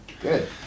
Good